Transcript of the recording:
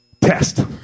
test